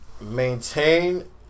Maintain